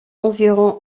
environ